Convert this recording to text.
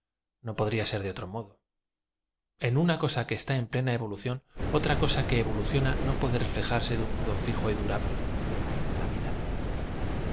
o podría ser de otro modo n una cosa que está en plena evolución otra cosa que evoluciona no puede reflejarse de un modo fijo y dura ble como la vida